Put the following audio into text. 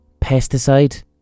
Pesticide